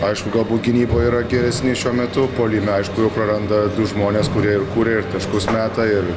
aišku galbūt gynyboj yra geresni šiuo metu puolime aišku jau praranda du žmonės kurie ir kuria ir taškus meta ir